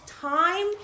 time